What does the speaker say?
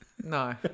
No